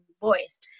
voice